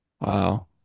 Wow